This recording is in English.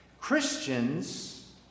Christians